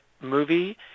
movie